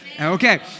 okay